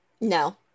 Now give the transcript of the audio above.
No